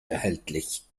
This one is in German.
erhältlich